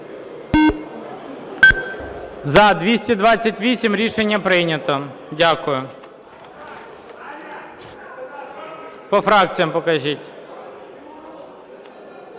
За-228 Рішення прийнято. Дякую. По фракція покажіть.